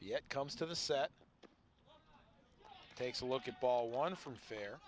yet comes to the set takes a look at ball one from fair